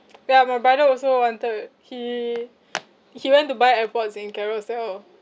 ya my brother also wanted he he went to buy airpods in carousell